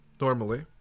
normally